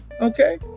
okay